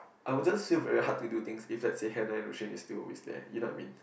I was just still very hard to do things if let's say is still always there you know what I mean